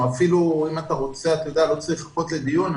אפילו אם אתה רוצה לא צריך לחכות לדיון,